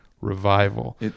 revival